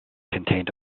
contained